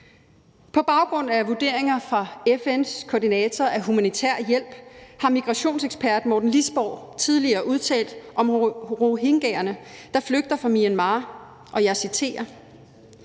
På baggrund af vurderinger fra FN’s koordinator af humanitær hjælp har migrationsekspert Morten Lisborg tidligere udtalt om rohingyaerne, der flygter fra Myanmar: »Det vil